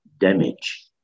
damage